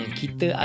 kita